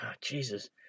Jesus